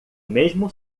mesmo